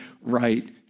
right